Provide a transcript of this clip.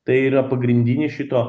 tai yra pagrindinis šito